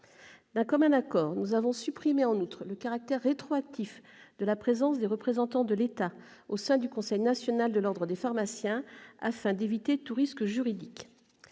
D'un commun accord, nous avons supprimé, en outre, le caractère rétroactif de la présence de représentants de l'État au sein du Conseil national de l'ordre des pharmaciens, afin d'éviter tout risque juridique.